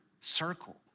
circle